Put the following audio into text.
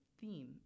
theme